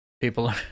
People